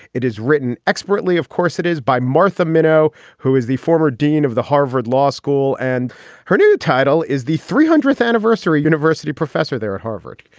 it is written expertly of course it is by martha minow who is the former dean of the harvard law school and her new title is the three hundredth anniversary university professor there at harvard.